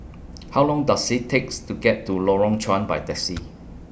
How Long Does IT takes to get to Lorong Chuan By Taxi